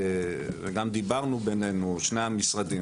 וגם דיברנו בינינו שני המשרדים,